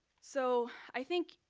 so i think,